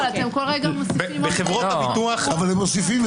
אתם כל רגע מוסיפים --- הם מוסיפים,